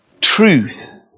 Truth